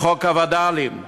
חוק הווד"לים,